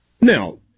Now